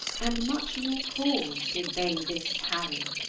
and much more cause, did they this harry.